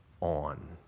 on